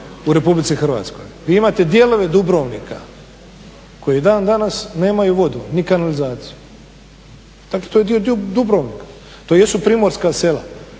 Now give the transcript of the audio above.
u Republici Hrvatskoj. Vi imate dijelove Dubrovnika koji dan danas nemaju vodu ni kanalizaciju. Dakle to je dio Dubrovnika. To jesu primorska sela,